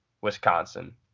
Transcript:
Wisconsin